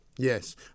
Yes